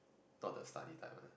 not the study type one